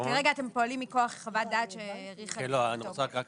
כרגע אתם פועלים מכוח חוות דעת שהאריכה את התוקף.